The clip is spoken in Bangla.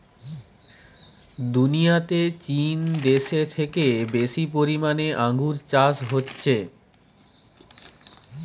দুনিয়াতে চীন দেশে থেকে বেশি পরিমাণে আঙ্গুর চাষ হচ্ছে